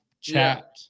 chat